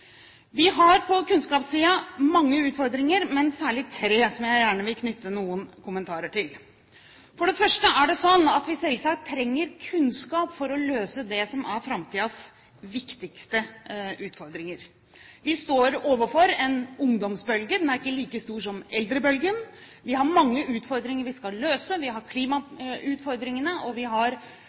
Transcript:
Vi har på kunnskapssiden mange utfordringer, men særlig tre som jeg gjerne vil knytte noen kommentarer til. For det første er det sånn at vi selvsagt trenger kunnskap for å løse det som er framtidens viktigste utfordringer. Vi står overfor en ungdomsbølge – den er ikke like stor som eldrebølgen – vi har mange utfordringer vi skal løse, vi har klimautfordringene, vi har